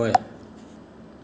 ꯑꯣꯏ